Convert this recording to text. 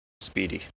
speedy